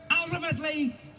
ultimately